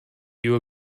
you